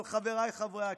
אבל חבריי חברי הכנסת,